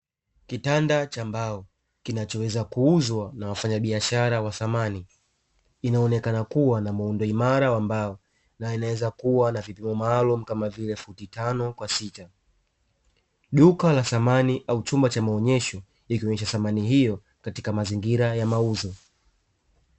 Kitanda cha mbao kinachoweza kuuzwa na wafanyabiashara wa samani, inaonekana kuwa na muundo imara wa mbao na inaweza kuwa na maalum kama vile futi tano kwa sita, duka la samani au chumba cha maonyesho ikionyesha samani hiyo katika mazingira ya mauzo.